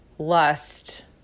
Lust